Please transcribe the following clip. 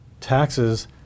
taxes